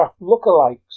lookalikes